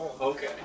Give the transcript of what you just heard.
Okay